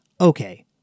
Okay